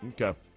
Okay